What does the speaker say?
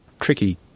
tricky